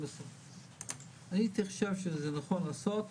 הייתי חושב שנכון לעשות